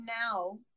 now